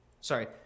sorry